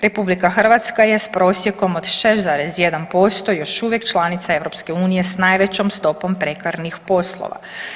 RH je s prosjekom od 6,1% još uvijek članica EU s najvećom stopom prekarnih poslova.